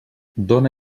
dóna